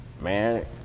Man